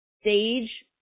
stage